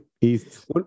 East